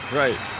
right